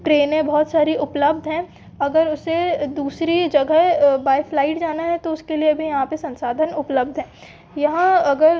ट्रेनें बहुत सारी उपलब्ध हैं अगर उसे दूसरी जगह बाइ फ्लाइट जाना है तो उसके लिए भी यहाँ पर संसाधन उपलब्ध हैं यहाँ अगर